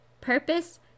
purpose